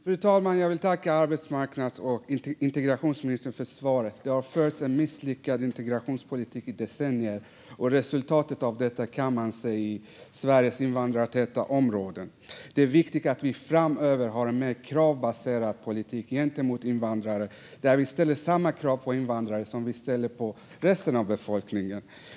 Fru talman! Jag vill tacka arbetsmarknads och integrationsministern för svaret. Det har förts en misslyckad integrationspolitik i decennier, och resultatet av detta kan man se i Sveriges invandrartäta områden. Det är viktigt att vi framöver har en mer kravbaserad politik gentemot invandrare där vi ställer samma krav på invandrare som vi ställer på resten av befolkningen.